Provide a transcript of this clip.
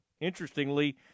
Interestingly